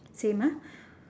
same ah